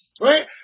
Right